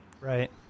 Right